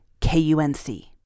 KUNC